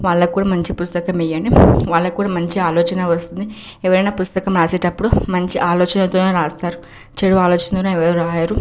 వాళ్ళకి కూడా మంచి పుస్తకం ఇవ్వండి వాళ్ళకి కూడా మంచి ఆలోచనే వస్తుంది ఎవరైనా పుస్తకం రాసేటప్పుడు మంచి ఆలోచనతోనే రాస్తారు చెడు ఆలోచనలతో ఎవరూ రాయరు